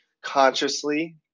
consciously